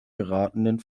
geratenen